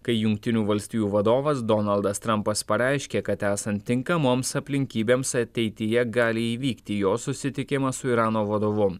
kai jungtinių valstijų vadovas donaldas trampas pareiškė kad esant tinkamoms aplinkybėms ateityje gali įvykti jo susitikimas su irano vadovu